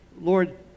Lord